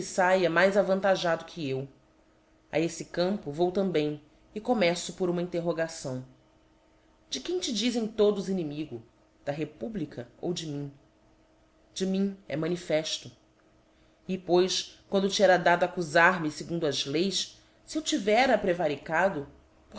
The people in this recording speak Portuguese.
faia mais avantajado que eu a eífe campo vou também e começo por uma interrogação de quem te dizem todos inimigo da republica ou de mim de mim é manifeíto e pois quando to era dado accufarnoie fegundo as leis fe eu tivera prevaricado